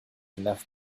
enough